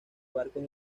barcos